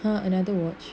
!huh! another watch